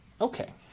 Okay